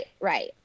right